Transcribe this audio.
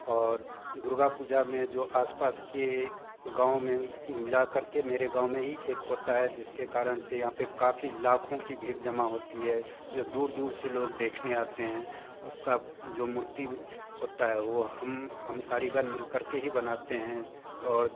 और दुर्गा पूजा में जो आस पास के गाँव में मिला कर के मेरे गाँव में ही एक होती है जिसके कारण से यहाँ पर काफ़ी लाखों की भीड़ जमा होती है जो दूर दूर से लोग देखने आते हैं उसकी जो मूर्ति भी होती है वो हम हम कारीगर मिल कर के ही बनाते हैं और